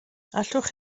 allwch